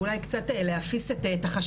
ואולי אוכל קצת להפיס את החששות.